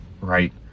right